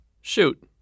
Shoot